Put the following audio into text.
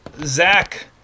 Zach